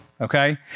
Okay